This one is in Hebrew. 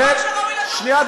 אמרתי שהחוק הוא חוק טוב,